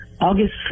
August